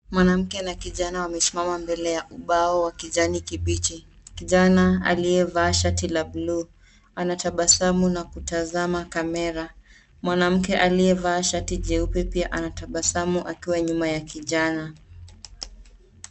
Mwanamke na kijana wamesimama mbele ya ubao wa kijani kibichi. Kijana aliyevaa shati la buluu anatabasamu na kutazama kamera. Mwanamke aliyevaa shati jeupe pia anatabasamu akiwa nyuma ya kijana.